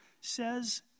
says